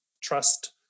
trust